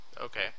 Okay